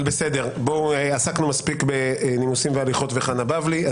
אבל עסקנו מספיק בנימוסים והליכות וחנה בבלי.